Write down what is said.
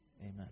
amen